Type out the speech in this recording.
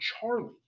Charlie